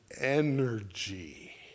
energy